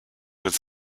with